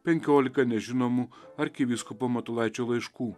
penkiolika nežinomų arkivyskupo matulaičio laiškų